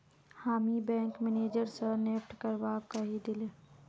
हामी bank manager स NEFT करवा कहइ दिले